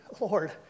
Lord